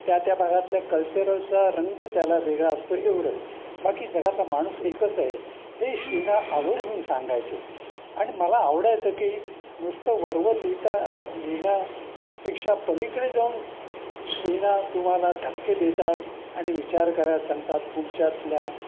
त्या त्या भागातल्या कल्चरलचा रंग त्याला वेगळा असतो एवढंच बाकी जगातला माणूस एकच आहे हे श्री ना आवर्जून सांगायचे आणि मला आवडायचं की नुसतं वरवर लिहिता लिहिण्यापेक्षा पलीकडे जाऊन श्री ना तुम्हाला धक्के देतात आणि विचार करायला सांगतात तुमच्यातल्या